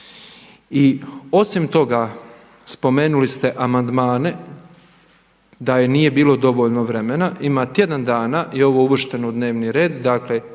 I osim toga spomenuli ste amandmane, da i nije bilo dovoljno vremena, ima tjedan dana i ovo je uvršteno u dnevni red dakle